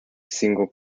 single